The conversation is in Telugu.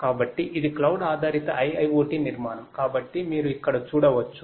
కాబట్టి ఇది క్లౌడ్ ఆధారిత IIoT నిర్మాణం కాబట్టి మీరు ఇక్కడ చూడవచ్చు